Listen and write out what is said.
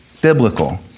biblical